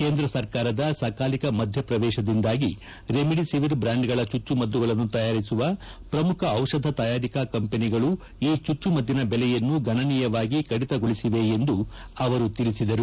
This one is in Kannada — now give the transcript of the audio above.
ಕೇಂದ್ರ ಸರ್ಕಾರದ ಸಕಾಲಿಕ ಮಧ್ಯಪ್ರವೇಶದಿಂದಾಗಿ ರೆಮಿಡಿಸಿವಿರ್ ಬ್ರಾಂಡ್ಗಳ ಚುಚ್ಲಮದ್ದುಗಳನ್ನು ತಯಾರಿಸುವ ಪ್ರಮುಖ ದಿಷಧ ತಯಾರಿಕಾ ಕಂಪನಿಗಳು ಈ ಚುಚ್ಚುಮದ್ದಿನ ಬೆಲೆಯನ್ನು ಗಣನೀಯವಾಗಿ ಕಡಿತಗೊಳಿಸಿವೆ ಎಂದು ಅವರು ತಿಳಿಸಿದರು